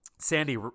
Sandy